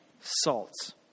salt